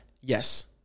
Yes